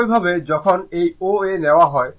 একইভাবে যখন এই O A নেওয়া হয়